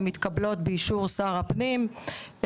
הן מתקבלות באישור שר הפנים,